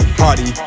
party